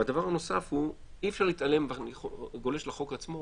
והדבר הנוסף הוא, אני גולש לחוק עצמו,